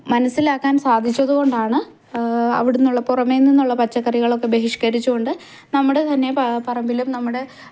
മനസ്സിലാക്കാൻ സാധിച്ചതുകൊണ്ടാണ് അവിടെ നിന്നുള്ള പുറമേനിന്നുള്ള പച്ചക്കറികളൊക്കെ ബഹിഷ്ക്കരിച്ചുകൊണ്ട് നമ്മുടെതന്നെ പറമ്പിലും നമ്മുടെ